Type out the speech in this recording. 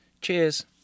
Cheers